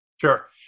Sure